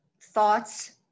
thoughts